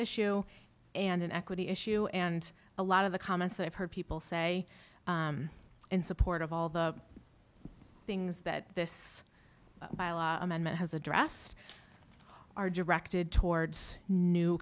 issue and an equity issue and a lot of the comments that i've heard people say in support of all the things that this amendment has addressed are directed towards new